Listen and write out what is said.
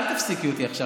אל תפסיקי אותי עכשיו.